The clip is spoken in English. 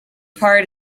part